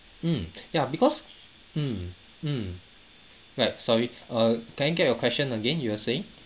mm yeah because mm mm web sorry err can I get your question again you were saying